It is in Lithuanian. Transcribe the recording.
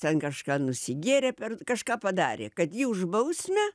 ten kažką nusigėrė per kažką padarė kad jį už bausmę